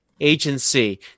agency